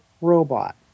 robot